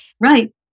Right